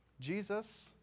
Jesus